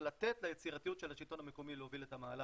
אבל לתת ליצירתיות של השלטון המקומי להוביל את המהלך,